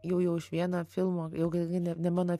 jau jau iš vieno filmo jau gi ne ne mano